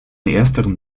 ersteren